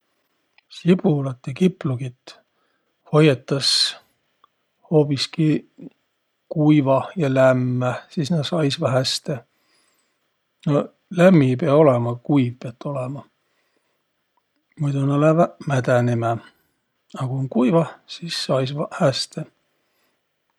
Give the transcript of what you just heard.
Sibulat ja kiplugit hoiõtas hoobiski kuivah ja lämmäh. Sis nä saisvaq häste. No lämmi ei piäq olõma, a kuiv piät olõma, muido nä lääväq mädänemä. A ku kuivah, sis saisvaq häste.